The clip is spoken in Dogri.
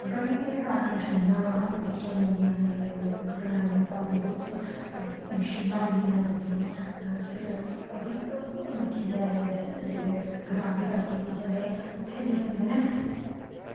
बड़ी सारी मशीनां दिक्खियां जंदियां न ग्राएं दे मुकाबले बिच मशीनां होंदियां न बड्डियां फिर दिक्खेआ जाए जेल्लै ग्राएं दी गल्ल कीती जाए उत्थें जेह्ड़े होंदे न